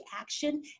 action